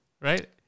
right